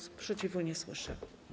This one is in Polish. Sprzeciwu nie słyszę.